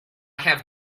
have